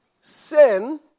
Sin